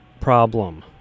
problem